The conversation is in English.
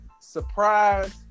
surprise